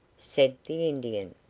said the indian.